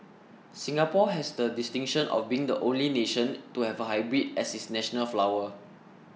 Singapore has the distinction of being the only nation to have a hybrid as its national flower